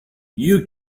you